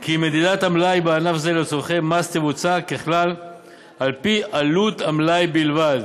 כי מדידת המלאי בענף זה לצורכי מס תבוצע ככלל על פי עלות המלאי בלבד.